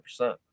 100%